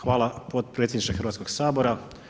Hvala potpredsjedniče Hrvatskog sabora.